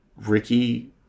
ricky